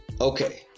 Okay